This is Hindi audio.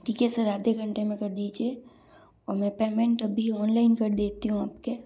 ठीक है सर आधे घंटे में कर दीजिए और मैं पेमेंट अभी ऑनलाइन कर देती हूँ आप के